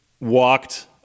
walked